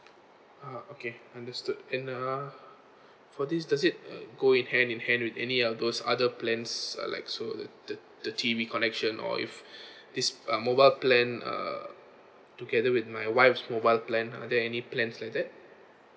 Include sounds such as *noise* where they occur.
ah okay understood and uh for this does it uh go in hand in hand with any of those other plans uh like so the the the T_V connection or if *breath* this uh mobile plan uh together with my wife's mobile plan are there any plans like that